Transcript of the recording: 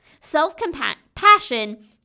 Self-compassion